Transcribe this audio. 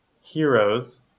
heroes